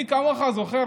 מי כמוך זוכר,